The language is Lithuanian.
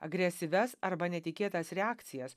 agresyvias arba netikėtas reakcijas